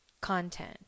content